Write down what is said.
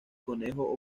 conejo